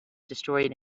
destroyed